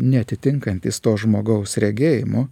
neatitinkantys to žmogaus regėjimo